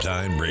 Time